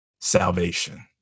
salvation